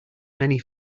many